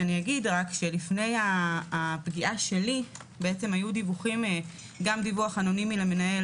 לפני הפגיעה שלי היו דיווחים - גם דיווח אנונימי למנהל